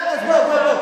מה זה "לא מינו"?